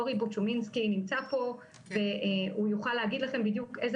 אורי בוצ'ומינסקי נמצא פה והוא יוכל להגיד לכם בדיוק איזה